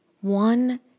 One